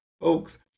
folks